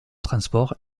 transport